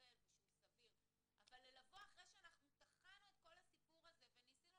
אבל לבוא אחרי שטחנו את כל הסיפור הזה וניסינו